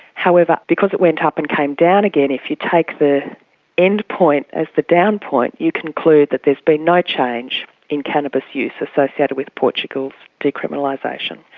however, because it went up and came down again, if you take the end point as the down point, you conclude that there's been no change in cannabis use associated with portugal's decriminalisation.